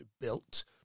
built